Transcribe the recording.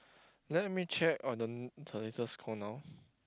let me check on the n~ the latest score now